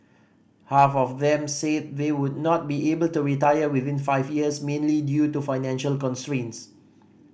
half of them said they would not be able to retire within five years mainly due to financial constraints